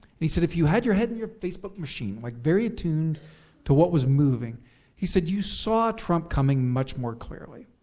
and he said, if you had your head in your facebook machine, like very attuned to what was moving he said, you saw trump coming much more clearly.